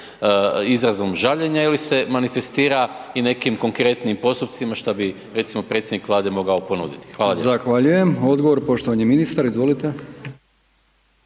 izrazom žaljenja ili se manifestira i nekim konkretnijim postupcima, što bi, recimo, predsjednik Vlade mogao ponuditi? Hvala lijepo. **Brkić, Milijan (HDZ)** Zahvaljujem. Odgovor, poštovani ministar, izvolite.